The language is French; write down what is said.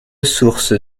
source